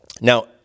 Now